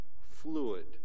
fluid